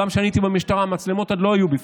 כשאני הייתי במשטרה המצלמות עוד לא היו בפנים,